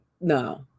no